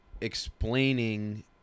explaining